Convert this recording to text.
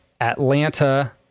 Atlanta